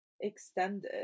extended